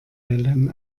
wellen